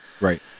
Right